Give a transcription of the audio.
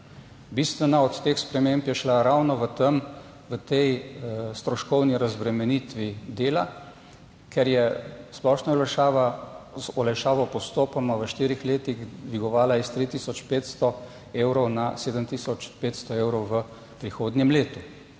Bistvena od teh sprememb je šla ravno v tem, v tej stroškovni razbremenitvi dela, ker je splošna olajšava olajšavo postopoma v štirih letih dvigovala iz 3 tisoč 500 evrov na 7 tisoč 500 evrov v prihodnjem letu.